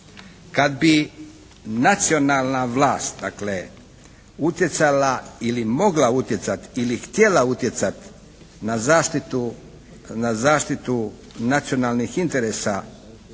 Kad bi nacionalna vlast dakle utjecala ili mogla utjecati ili htjela utjecati na zaštitu nacionalnih interesa